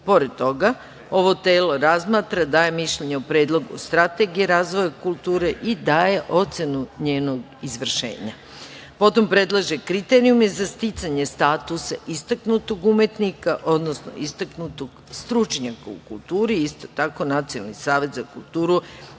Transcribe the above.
Pored toga, ovo telo razmatra, daje mišljenje o predlogu Strategije razvoja kulture i daje ocenu njenog izvršenja. Potom predlaže kriterijume za sticanje statusa istaknutog umetnika, odnosno istaknutog stručnjaka u kulturi, isto tako Nacionalni savet za kulturu